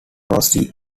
rossi